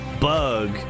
bug